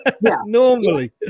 normally